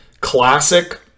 classic